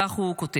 כך הוא כותב: